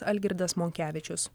algirdas monkevičius